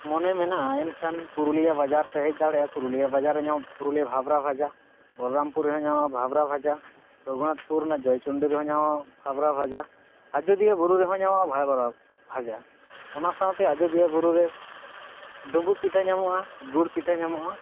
ᱢᱚᱱᱮ ᱢᱮᱱᱟᱜᱼᱟ ᱮᱱᱠᱷᱟᱱ ᱯᱩᱨᱩᱞᱤᱭᱟᱹ ᱵᱟᱡᱟᱨᱯᱮ ᱦᱮᱡ ᱫᱟᱲᱮᱼᱟ ᱯᱩᱨᱩᱞᱤᱭᱟᱹ ᱵᱟᱡᱟᱨ ᱨᱮ ᱧᱟᱢᱚᱜᱼᱟ ᱯᱩᱨᱩᱞᱤᱭᱟᱹ ᱵᱷᱟᱵᱽᱨᱟ ᱵᱷᱟᱡᱟ ᱵᱚᱞᱚᱨᱟᱢᱯᱩᱨ ᱨᱮᱦᱚᱸ ᱧᱟᱢᱚᱜᱼᱟ ᱵᱷᱟᱵᱽᱨᱟ ᱵᱷᱟᱡᱟ ᱨᱟᱹᱜᱷᱩᱱᱟᱛᱷᱯᱩᱨ ᱨᱮᱱᱟᱜ ᱡᱚᱭᱪᱚᱱᱰᱤ ᱨᱮᱱᱟᱜ ᱦᱚᱸ ᱵᱷᱟᱵᱽᱨᱟ ᱵᱷᱟᱡᱟ ᱟᱡᱚᱫᱤᱭᱟᱹ ᱵᱩᱨᱩ ᱨᱮᱦᱚᱸ ᱧᱟᱢᱚᱜᱼᱟ ᱵᱷᱟᱵᱽᱨᱟ ᱵᱷᱟᱡᱟ ᱚᱱᱟ ᱥᱟᱶᱛᱮ ᱟᱡᱳᱫᱤᱭᱟᱹ ᱵᱩᱨᱩᱨᱮ ᱰᱳᱵᱳᱜ ᱯᱤᱴᱷᱟᱹ ᱧᱟᱢᱚᱜᱼᱟ ᱜᱩᱲ ᱯᱤᱴᱷᱟᱹ ᱧᱟᱢᱚᱜᱼᱟ